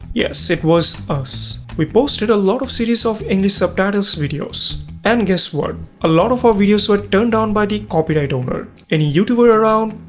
yes! it was us. we posted a lot of series of english subtitles videos. and guess what a lot of our videos were turned down by the copyright owner. any youtuber around,